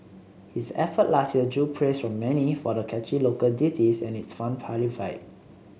his effort last year drew praise from many for the catchy local ditties and its fun party vibe